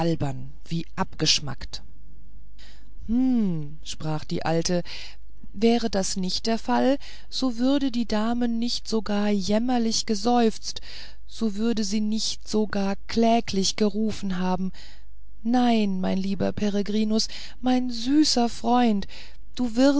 wie abgeschmackt hm sprach die alte wäre das nicht der fall so würde die dame nicht so gar jämmerlich geseufzt so würde sie nicht so gar kläglich gerufen haben nein mein lieber peregrinus mein süßer freund du wirst